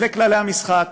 אלה כללי המשחק.